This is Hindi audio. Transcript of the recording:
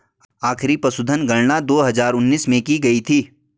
आखिरी पशुधन गणना दो हजार उन्नीस में की गयी थी